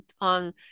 on